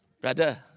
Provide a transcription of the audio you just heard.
Brother